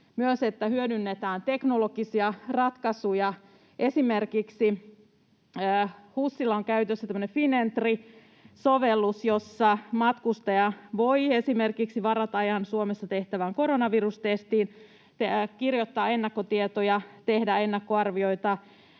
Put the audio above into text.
että hyödynnetään myös teknologisia ratkaisuja. Esimerkiksi HUSilla on käytössä tämmöinen Finentry-sovellus, jossa matkustaja voi esimerkiksi varata ajan Suomessa tehtävään koronavirustestiin, kirjoittaa ennakkotietoja, tehdä ennakkoarvioita,